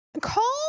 Call